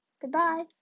goodbye